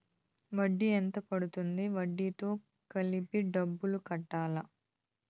వడ్డీ ఎంత పడ్తుంది? వడ్డీ తో కలిపి డబ్బులు కట్టాలా?